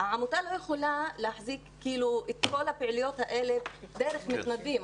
העמותה לא יכולה להחזיק את כל הפעילויות האלה דרך מתנדבים.